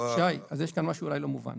שי, יש כאן אולי משהו לא מובן.